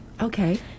okay